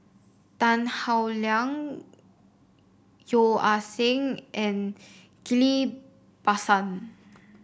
Tan Howe Liang Yeo Ah Seng and Ghillie Basan